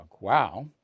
Wow